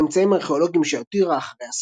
בין הממצאים הארכאולוגיים שהותירה אחריה